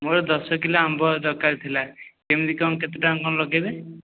ମୋର ଦଶ କିଲୋ ଆମ୍ବ ଦରକାର ଥିଲା କେମିତି କ'ଣ କେତେ ଟଙ୍କା କ'ଣ ଲଗାଇବେ